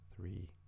three